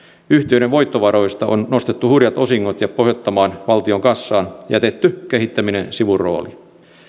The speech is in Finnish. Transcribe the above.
yhtiöiden voittovaroista on nostettu hurjat osingot pohjattomaan valtion kassaan ja jätetty kehittäminen sivurooliin